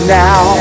now